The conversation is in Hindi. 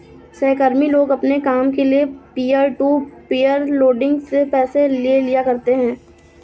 सहकर्मी लोग अपने काम के लिये पीयर टू पीयर लेंडिंग से पैसे ले लिया करते है